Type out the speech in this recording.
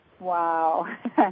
Wow